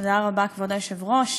תודה רבה, כבוד היושב-ראש,